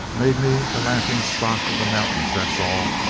made me the laughing stock of the mountains that's all.